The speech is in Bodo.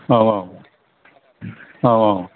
औ औ औ औ